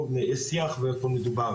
איימן, רק משפט קודם כל.